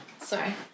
Sorry